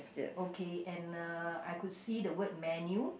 okay and I could see the word menu